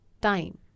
time